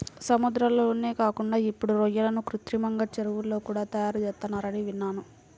సముద్రాల్లోనే కాకుండా ఇప్పుడు రొయ్యలను కృత్రిమంగా చెరువుల్లో కూడా తయారుచేత్తన్నారని విన్నాను